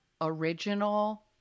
original